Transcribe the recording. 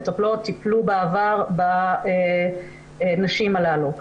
מטפלות וטיפול בעבר בנשים הללו.